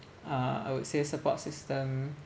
uh I would say support system